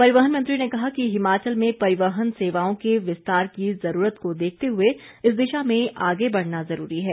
परिवहन मंत्री ने कहा कि हिमाचल में परिवहन सेवाओं के विस्तार की जरूरत को देखते हुए इस दिशा में आगे बढ़ना जरूरी है